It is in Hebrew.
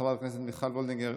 חברת הכנסת מיכל וולדיגר,